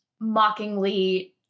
mockingly